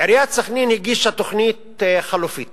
עיריית סח'נין הגישה תוכנית חלופית